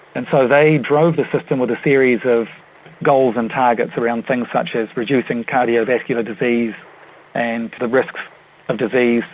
and so they drove the system with a series of goals and targets around things such as reducing cardiovascular disease and the risks of disease,